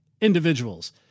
individuals